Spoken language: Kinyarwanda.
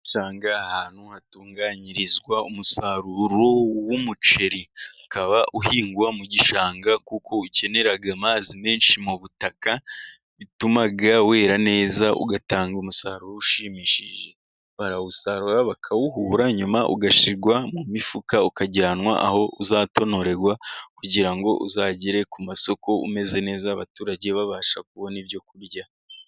Usanga ahantu hatunganyirizwa umusaruro w'umuceri, ukaba uhingwa mu gishanga, kuko ukenera amazi menshi mu butaka, bituma wera neza ugatanga umusaruro ushimishije. Barawusarura, bakawuhura nyuma ugashyirwa mu mifuka, ukajyanwa aho uzatonorerwa, kugira ngo uzagere ku masoko umeze neza, abaturage babasha kubona ibyo kurya.